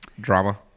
Drama